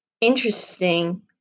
interesting